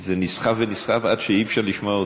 זה נסחב ונסחב עד שאי-אפשר לשמוע אותו.